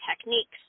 techniques